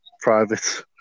private